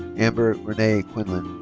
amber renee quinlan.